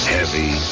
Heavy